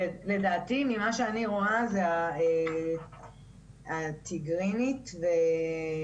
לדעתי, ממה שאני רואה זה ארטיגרינית ורוסית